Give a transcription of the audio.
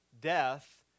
death